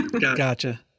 Gotcha